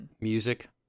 Music